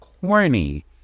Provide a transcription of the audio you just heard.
corny